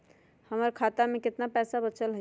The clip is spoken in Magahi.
हमर खाता में केतना पैसा बचल हई?